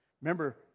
Remember